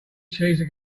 cheese